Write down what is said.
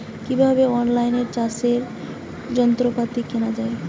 কিভাবে অন লাইনে চাষের যন্ত্রপাতি কেনা য়ায়?